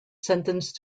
sentenced